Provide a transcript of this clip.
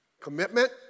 commitment